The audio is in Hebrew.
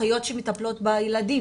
אחיות שמטפלות בילדים?